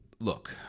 Look